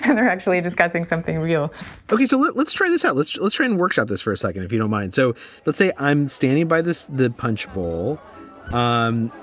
and they're actually discussing something real ok, so let's try this out. let's latrine workshop this for a second, if you don't mind so let's say i'm standing by the punch bowl. um